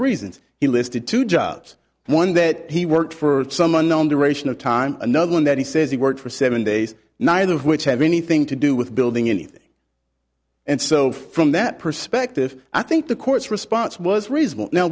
reasons he listed two jobs one that he worked for some unknown duration of time another one that he says he worked for seven days neither of which have anything to do with building anything and so from that perspective i think the court's response was reasonable now